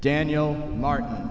daniel martin